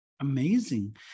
Amazing